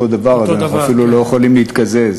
דבר אז אנחנו אפילו לא יכולים להתקזז.